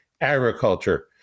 agriculture